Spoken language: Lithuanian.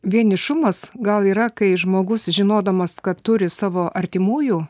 vienišumas gal yra kai žmogus žinodamas kad turi savo artimųjų